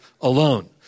alone